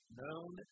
known